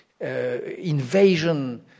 invasion